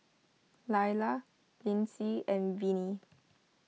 Laila Linsey and Vinnie